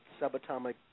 subatomic